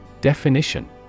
Definition